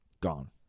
Gone